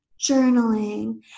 journaling